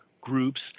groups